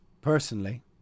personally